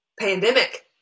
Pandemic